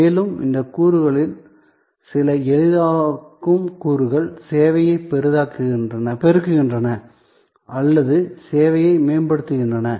மேலும் இந்த கூறுகளில் சில எளிதாக்கும் கூறுகள் சேவையை பெருக்குகின்றன அல்லது சேவையை மேம்படுத்துகின்றன